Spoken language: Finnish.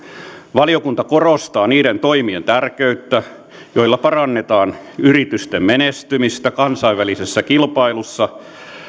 valiokunta korostaa niiden toimien tär keyttä joilla parannetaan yritysten menestymistä kansainvälisessä kilpailussa